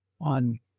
on